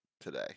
today